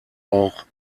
auch